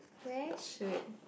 where should